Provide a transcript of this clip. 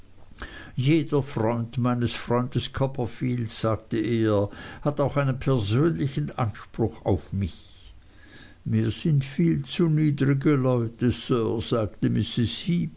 jeder freund meines freundes copperfield sagte er hat auch einen persönlichen anspruch auf mich mir sind viel zu niedrige leute sir sagte mrs